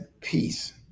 peace